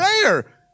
prayer